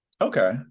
Okay